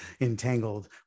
entangled